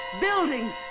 buildings